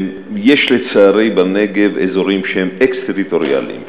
יש לצערי בנגב אזורים שהם אקסטריטוריאליים,